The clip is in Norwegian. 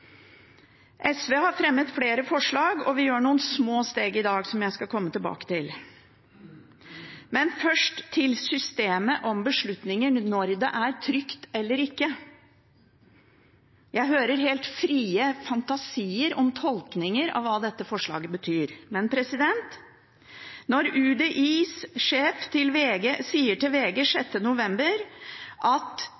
SV har fremmet flere forslag, og vi tar noen små steg i dag, som jeg skal komme tilbake til. Først til systemet om beslutningen om når det er trygt eller ikke: Jeg hører helt frie fantasier om tolkninger av hva dette forslaget betyr, men når UDIs sjef sier til VG